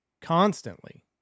constantly